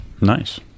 Nice